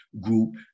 Group